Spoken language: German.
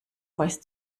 voice